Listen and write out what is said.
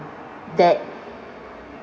that